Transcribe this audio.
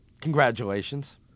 Congratulations